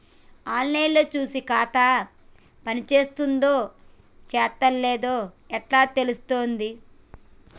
On line లో చూసి ఖాతా పనిచేత్తందో చేత్తలేదో ఎట్లా తెలుత్తది?